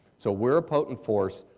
so we're a potent force.